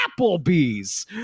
Applebee's